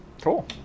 Cool